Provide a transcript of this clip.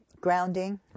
grounding